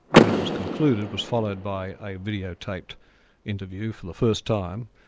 when it was concluded, was followed by a videotaped interview for the first time,